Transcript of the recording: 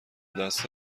دست